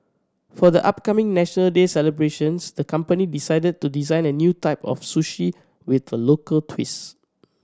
for the upcoming National Day celebrations the company decided to design a new type of sushi with a local twist